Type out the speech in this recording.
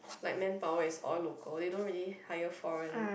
like manpower is all local they don't really hire foreign